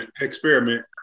experiment